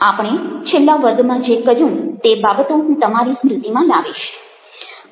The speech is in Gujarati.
આપણે છેલ્લા વર્ગમાં જે કર્યું તે બાબતો હું તમારી સ્મ્રુતિમાં લાવીશ